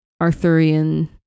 Arthurian